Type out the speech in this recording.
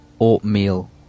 oatmeal